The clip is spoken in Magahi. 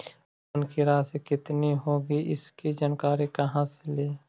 लोन की रासि कितनी होगी इसकी जानकारी कहा से ली?